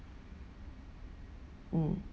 mm